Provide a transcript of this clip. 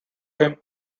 him